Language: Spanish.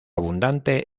abundante